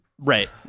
right